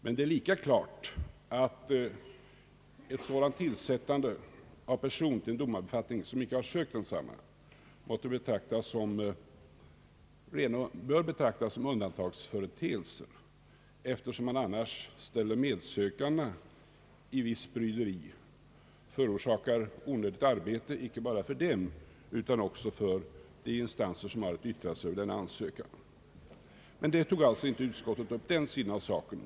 Men det är lika klart att det bör betraktas som en undantagsföreteelse att man besätter en domarbefattning med en person som inte sökt den, eftersom man annars vållar medsökandena visst bryderi och förorsakar onödigt arbete inte bara för dem utan också för de instanser som yttrar sig Över ansökan. Den sidan av saken tog utskottet alltså inte upp.